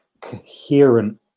coherent